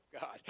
God